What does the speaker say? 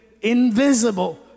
invisible